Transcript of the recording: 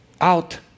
out